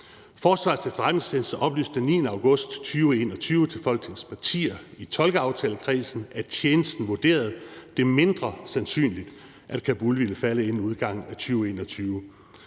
Forsvarets Efterretningstjeneste oplyste den 9. august 2021 til Folketingets partier i tolkeaftalekredsen, at tjenesten vurderede det mindre sandsynligt, at Kabul ville falde inden udgangen af 2021.